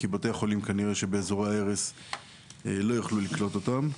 כי כנראה שבתי החולים באזורי ההרס לא יוכלו לקלוט אותם.